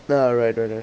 ya right right right